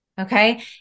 Okay